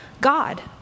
God